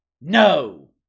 No